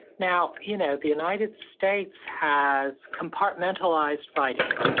now, you know the united states has compartmentalized fighting.